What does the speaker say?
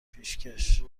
پیشکش